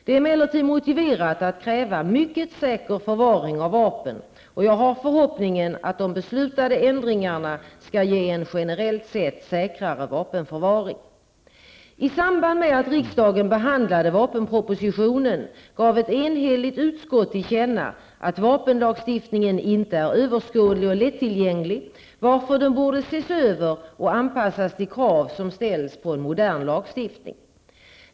Det är emellertid motiverat att kräva mycket säker förvaring av vapen och jag har förhoppningen att de beslutade ändringarna skall ge en generellt sett säkrare vapenförvaring. I samband med att riksdagen behandlade vapenpropositionen gav ett enhälligt utskott till känna att vapenlagstiftningen inte är överskådlig och lättillgänglig varför den borde ses över och anpassas till krav som ställs på en modern lagstiftning.